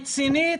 רצינית